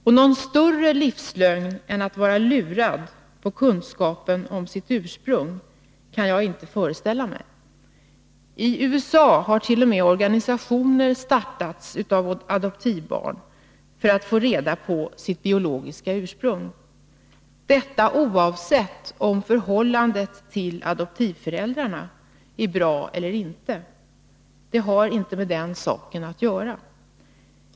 Och någon större livslögn än att vara lurad på kunskapen om sitt ursprung kan jag inte föreställa mig. I USA har adoptivbarn t.o.m. startat organisationer för att få reda på sitt biologiska ursprung — oavsett om förhållandet till adoptivföräldrarna är bra eller inte. Det har inte med den saken att göra.